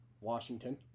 Washington